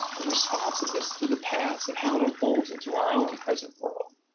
a responsiveness to the past and how it unfolds into our own present world.